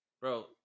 bro